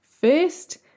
First